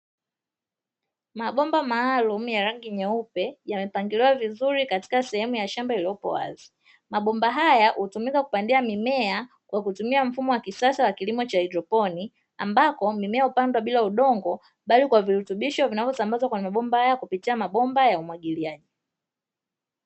Mabomba maalumu ya rangi nyeupe yamepangiliwa vizuri katika sehemu ya shamba iliyopo wazi. Mabomba haya hutumika kupandia mimea kwa kutumia mfumo wa kisasa wa kilimo cha haidroponi, ambako mimea hupandwa bila udongo bali kwa virutubisho vinavyosambazwa kwenye mabomba haya kupitia mabomba ya umwagiliaji.